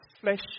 flesh